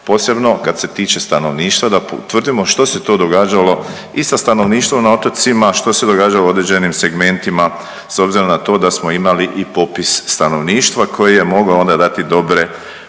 posebno kad se tiče stanovništva da utvrdimo što se to događalo i sa stanovništvom na otocima, što se događa u određenim segmentima s obzirom na to da smo imali i popis stanovništva koji je mogao onda dati dobre